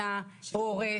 אלא או הורה